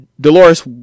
Dolores